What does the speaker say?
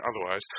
otherwise